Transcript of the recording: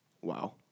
Wow